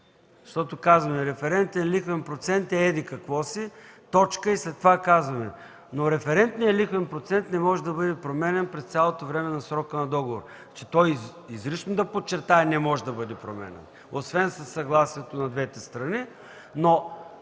защото казваме: „Референтен лихвен процент е еди-какво си – точка”, и след това казваме: „Но референтният лихвен процент не може да бъде променян през цялото време на срока на договора”. Че то изрично да подчертаем, не може да бъде променян, освен със съгласието на двете страни!